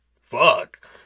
fuck